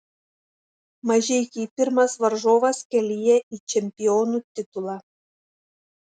mažeikiai pirmas varžovas kelyje į čempionų titulą